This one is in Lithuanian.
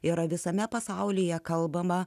yra visame pasaulyje kalbama